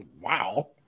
wow